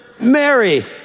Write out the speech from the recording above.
Mary